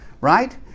right